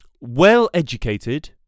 well-educated